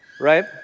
right